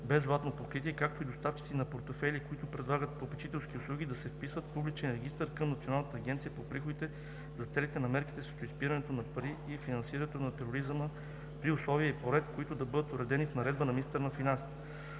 без златно покритие, както и доставчиците на портфейли, които предлагат попечителски услуги, да се вписват в публичен регистър към Националната агенция за приходите за целите на мерките срещу изпирането на пари и финансирането на тероризма при условия и по ред, които да бъдат уредени в наредба на министъра на финансите.